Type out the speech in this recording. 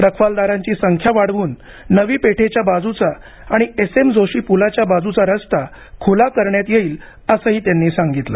रखवालदारांची संख्या वाढवून नवीपेठेच्या बाजूचा आणि एस एम जोशी पुलाच्या बाजूचा रस्ता खुला करण्यात येईल असंही त्यांनी सांगितलं